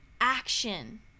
action